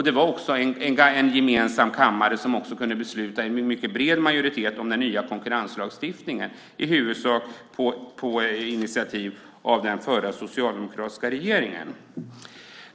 Det var också en enig kammare som med mycket bred majoritet kunde besluta om den nya konkurrenslagstiftningen, i huvudsak på initiativ av den förra, socialdemokratiska regeringen.